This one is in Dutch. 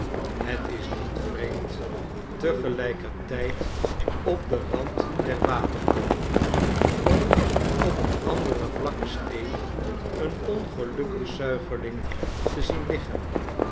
het is niet vreemd tegelijkertijd op den rand der waterkom of op een anderen vlakken steen een ongelukkig zuigeling te zien liggen